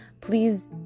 please